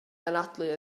anadlu